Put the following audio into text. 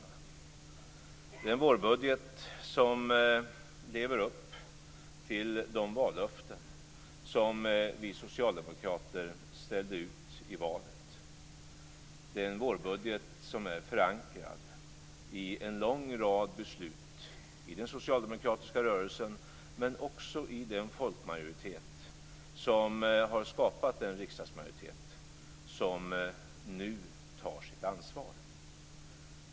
Det är en vårbudget som lever upp till de vallöften som vi socialdemokrater ställde ut i valet. Det är en vårbudget som är förankrad i en lång rad beslut i den socialdemokratiska rörelsen men också i den folkmajoritet som har skapat den riksdagsmajoritet som nu tar sitt ansvar.